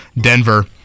Denver